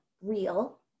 real